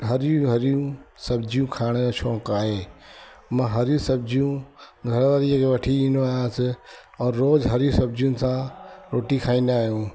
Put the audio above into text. हरियूं हरियूं सब्जियूं खाइण शौंक़ु आहे मां हरी सब्जियूं घरवारीअ खे वठी ईंदो आहियां और रोज हरी सब्जियुनि सां रोटी खाईंदा आहियूं